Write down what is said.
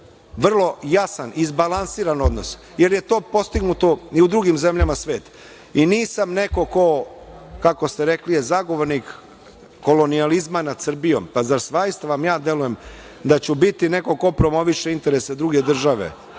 vrlo jasan, izbalansiran odnos, jer je to postignuto i u drugim zemljama sveta. I nisam neko ko, kako ste rekli, je zagovornik kolonijalizma nad Srbijom. Pa, zar zaista vam ja delujem da ću biti neko ko promoviše interese druge države,